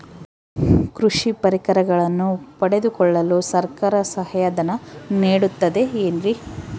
ಕೃಷಿ ಪರಿಕರಗಳನ್ನು ಪಡೆದುಕೊಳ್ಳಲು ಸರ್ಕಾರ ಸಹಾಯಧನ ನೇಡುತ್ತದೆ ಏನ್ರಿ?